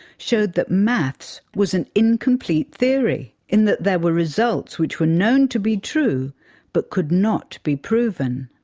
showed that maths was an incomplete theory in that there were results which were known to be true but could not be proven.